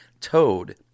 toad